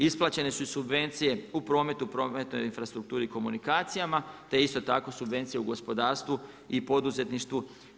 Isplaćene su subvencije u prometu, prometnoj infrastrukturi i komunikacijama te isto tako subvencije u gospodarstvu i poduzetništvu.